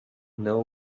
know